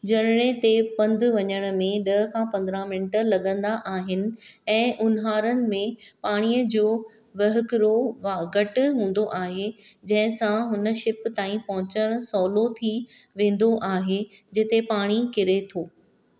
झरणे ते पंदु वञण में ॾह खां पंद्रहं मिनट लॻंदा आहिनि ऐं ऊन्हारनि में पाणीअ जो वहुकरो घटि हूंदो आहे जंहिंसां हुन शिप ताईं पहुचणु सहुलो थी वेंदो आहे जिते पाणी किरे थो